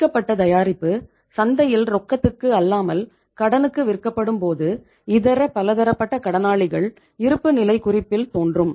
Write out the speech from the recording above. முடிக்கப்பட்ட தயாரிப்பு சந்தையில் ரொக்கத்துக்கு அல்லாமல் கடனுக்கு விற்கப்படும் போது இதர பலதரப்பட்ட கடனாளிகள் இருப்புநிலைக் குறிப்பில் தோன்றும்